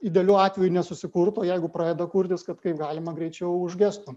idealiu atveju nesusikurtų jeigu pradeda kurtis kad kaip galima greičiau užgestų